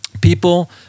People